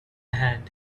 hand